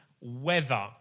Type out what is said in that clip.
Weather